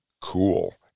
cool